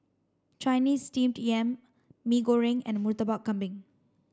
Chinese steamed yam Mee Goreng and Murtabak Kambing